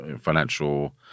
financial